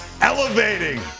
Elevating